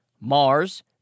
Mars